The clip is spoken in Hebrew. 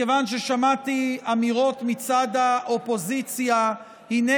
מכיוון ששמעתי אמירות מצד האופוזיציה: הינה,